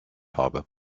habe